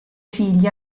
figli